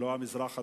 שלא המזרח התיכון,